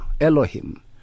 elohim